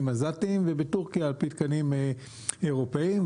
עזתיים ובטורקיה על פי תקנים אירופים.